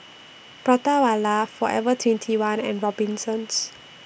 Prata Wala Forever twenty one and Robinsons